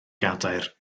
gadair